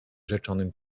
rzeczonym